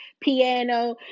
piano